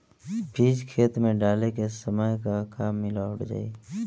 बीज खेत मे डाले के सामय का का मिलावल जाई?